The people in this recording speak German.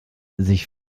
sich